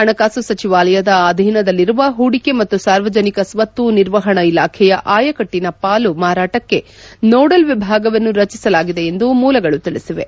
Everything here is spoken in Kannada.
ಹಣಕಾಸು ಸಚಿವಾಲಯದ ಅಧೀನದಲ್ಲಿರುವ ಹೂಡಿಕೆ ಮತ್ತು ಸಾರ್ವಜನಿಕ ಸ್ವತ್ತು ನಿರ್ವಹಣಾ ಇಲಾಖೆಯ ಆಯಕಟ್ಷನ ಪಾಲು ಮಾರಾಟಕ್ಕೆ ನೋಡಲ್ ವಿಭಾಗವನ್ನು ರಚಿಸಲಾಗಿದೆ ಎಂದು ಮೂಲಗಳು ತಿಳಿಸಿವೆ